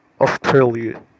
Australia